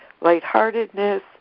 lightheartedness